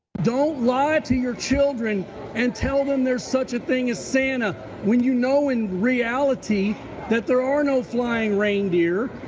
don't lie to your children and tell them there is such a thing as santa when you know in reality that there are no flying reindeer,